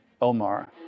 Omar